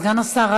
סגן השר,